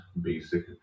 basic